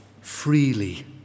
freely